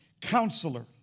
Counselor